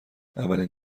اولین